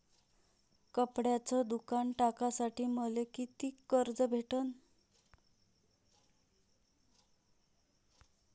कपड्याचं दुकान टाकासाठी मले कितीक कर्ज भेटन?